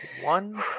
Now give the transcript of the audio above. one